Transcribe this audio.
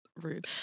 rude